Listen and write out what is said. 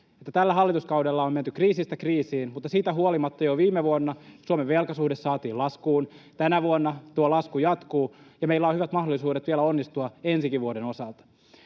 tällä hallituskaudella on menty kriisistä kriisiin, mutta siitä huolimatta jo viime vuonna Suomen velkasuhde saatiin laskuun. Tänä vuonna tuo lasku jatkuu, ja meillä on hyvät mahdollisuudet vielä onnistua ensi vuodenkin osalta.